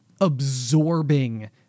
absorbing